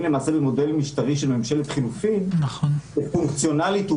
למעשה במודל משטרי של ממשלת חילופין ופונקציונלית הוא